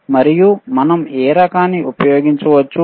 మరియు మనం ఏ రకాన్ని ఉపయోగించవచ్చు